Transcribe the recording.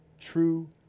true